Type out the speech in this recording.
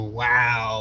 wow